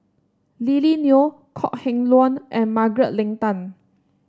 Lily Neo Kok Heng Leun and Margaret Leng Tan